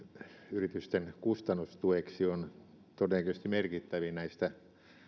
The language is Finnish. yritysten kustannustueksi on todennäköisesti merkittävin näistä